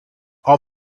all